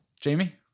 Jamie